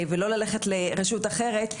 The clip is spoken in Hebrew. ולא ללכת לרשות אחרת,